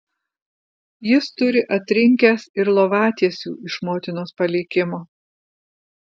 jis turi atrinkęs ir lovatiesių iš motinos palikimo